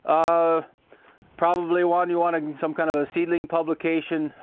ah probably one you'll want some kind of a seedling publication.